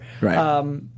Right